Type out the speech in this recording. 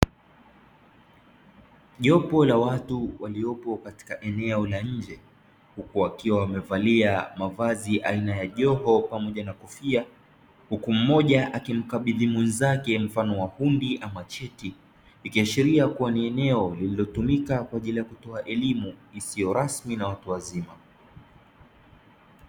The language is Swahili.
Jopo la watu waliopo katika eneo la nje huku wakiwa wamevalia mavazi aina ya joho pamoja na kofia, huku mmoja akimkabidhi mwenzake mfano wa hundi ama cheti ikiashiria kuwa ni eneo lililotumika kwaajili ya kutoa elimu isio rasmi ya watu wazima.